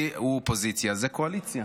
הוא אופוזיציה, זה קואליציה.